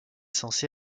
censé